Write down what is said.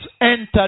entered